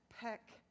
peck